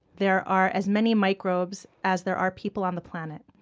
there are as many microbes as there are people on the planet.